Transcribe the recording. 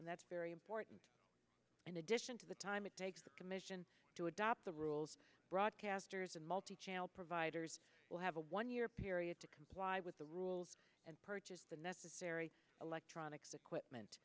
and that's very important in addition to the time it takes the commission to adopt the rules broadcasters and multi channel providers will have a one year period to comply with the rules and purchase the necessary electronics equipment